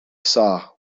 saw